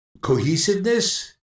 cohesiveness